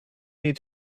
need